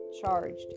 charged